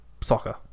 soccer